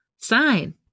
sign